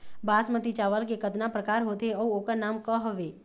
बासमती चावल के कतना प्रकार होथे अउ ओकर नाम क हवे?